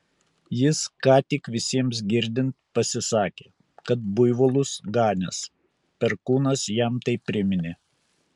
jis ką tik visiems girdint pasisakė kad buivolus ganęs perkūnas jam tai priminė